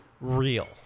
real